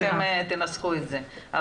אתם תנסחו את זה.